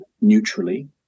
neutrally